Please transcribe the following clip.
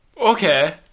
Okay